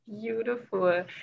Beautiful